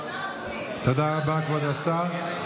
תודה רבה, כבוד השר.